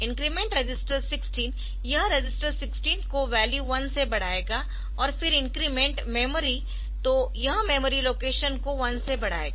increment register 16 यह register 16 को value 1 से बढ़ाएगा और फिर इंक्रीमेंट मेमोरी तो यह मेमोरी लोकेशन को 1 से बढ़ाएगा